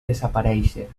desaparèixer